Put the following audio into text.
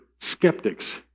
skeptics